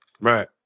Right